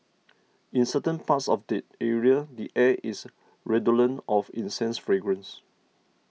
in certain parts of the area the air is redolent of incense fragrance